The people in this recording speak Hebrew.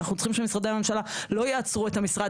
אנחנו צריכים שמשרדי הממשלה לא יעצרו את המשרד